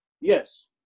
Yes